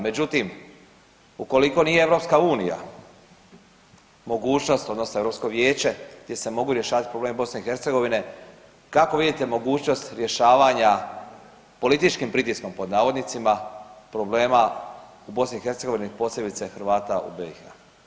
Međutim, ukoliko nije EU mogućnost odnosno Europsko vijeće gdje se mogu rješavati problemi BiH kako vidite mogućnost rješavanja „političkim pritiskom“ problema u BiH, posebice Hrvata u BiH?